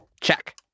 Check